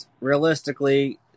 Realistically